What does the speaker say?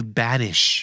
banish